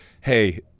hey